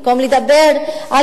במקום לדבר על